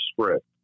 script